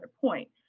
point